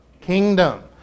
kingdom